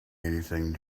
anything